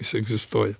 jis egzistuoja